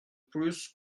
plus